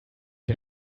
wir